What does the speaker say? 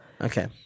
okay